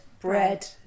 bread